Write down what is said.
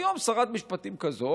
היום שרת משפטים כזאת,